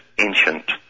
ancient